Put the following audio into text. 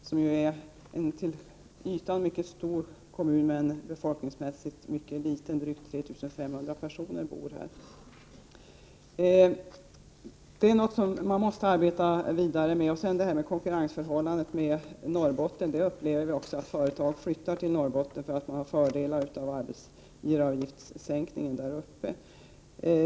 Sorsele är ju en till ytan mycket stor kommun men befolkningsmässigt mycket liten — drygt 3 500 bor 93 där. Detta är alltså något som man måste arbeta vidare med. Det konkurrensförhållande som råder mellan Sorsele och Norrbotten innebär också att företag flyttar till Norrbotten på grund av den fördel som de sänkta arbetsgivaravgifterna där innebär för företagen.